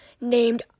named